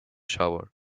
shower